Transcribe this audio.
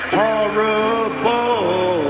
horrible